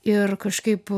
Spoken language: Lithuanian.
ir kažkaip